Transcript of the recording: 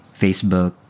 Facebook